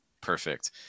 perfect